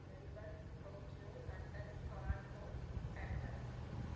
Melbourne Tokyo London Toronto denver